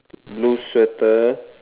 blue sweater